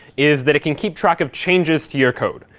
is that it can keep track of changes to your code.